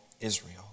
Israel